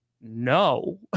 no